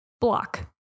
Block